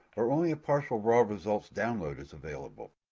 or only a partial raw results download is available.